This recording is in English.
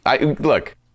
look